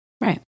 right